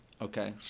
Okay